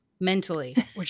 mentally